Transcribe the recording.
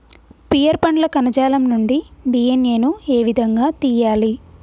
Pear పండ్ల కణజాలం నుండి డి.ఎన్.ఎ ను ఏ విధంగా తియ్యాలి?